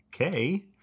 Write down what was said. Okay